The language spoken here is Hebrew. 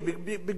בגיל 20,